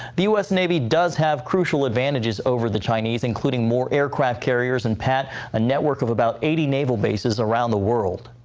the u s. navy does have crucial advantages over the chinese, including more aircraft carriers and a ah network of about eighty naval bases around the world.